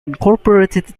incorporated